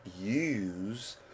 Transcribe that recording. use